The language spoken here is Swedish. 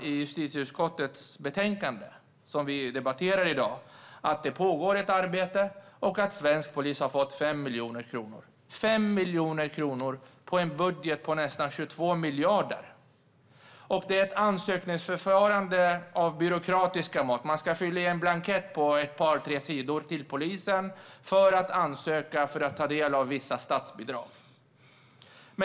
I justitieutskottets betänkande, som vi debatterar i dag, hänvisar man till att det pågår ett arbete och att svensk polis har fått 5 miljoner kronor - 5 miljoner kronor på en budget på nästan 22 miljarder kronor. Det är ett ansökningsförfarande av byråkratiska mått. Man ska fylla i en ansökningsblankett på ett par tre sidor till polisen för att få ta del av vissa statsbidrag.